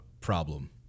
problem